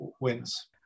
wins